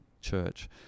church